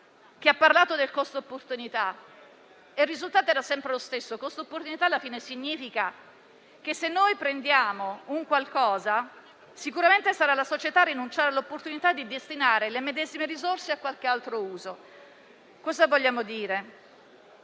ha parlato del costo opportunità. Il risultato era sempre lo stesso. L'opportunità alla fine significa che, se noi prendiamo un qualcosa, sicuramente sarà la società a rinunciare all'opportunità di destinare le medesime risorse a qualche altro uso. Vogliamo dire